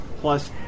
Plus